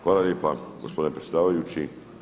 Hvala lijepa gospodine predsjedavajući.